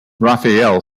raphael